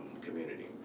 community